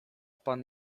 pan